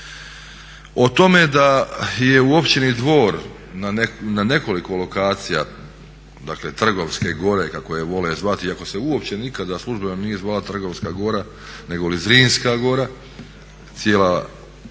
O tome da je u općini Dvor na nekoliko lokacija dakle Trgovske gore kako je vole zvati iako se uopće nikada službeno nije zvala Trgovska gora nego li Zrinska gora, cijelo